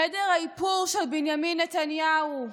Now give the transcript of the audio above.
חדר האיפור של בנימין נתניהו,